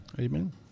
Amen